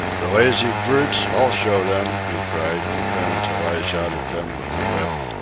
the lazy brutes, i'll show them, he cried, preparing to lash out at them with the whip.